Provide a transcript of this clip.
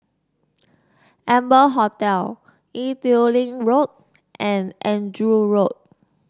Amber Hotel Ee Teow Leng Road and Andrew Road